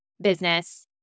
business